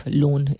loan